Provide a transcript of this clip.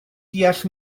deall